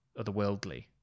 otherworldly